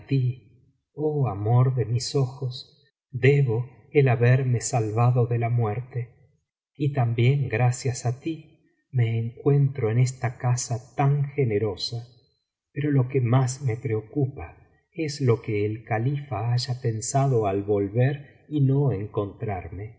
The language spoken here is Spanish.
oh amor de mis ojos debo el haberme salvado de la muerte y también gracias á ti me encuentro en esta casa tan generosa pero lo que más me preocupa es lo que el califa haya pensado al volver y no encontrarme y